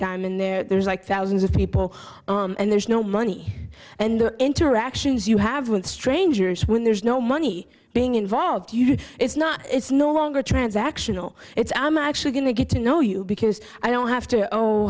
time and there is like thousands of people and there's no money and interactions you have with strangers when there's no money being involved you it's not it's no longer transactional it's i'm actually going to get to know you because i don't have to